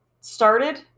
started